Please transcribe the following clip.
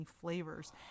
flavors